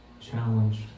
challenged